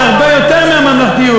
זה הרבה יותר מהממלכתיות.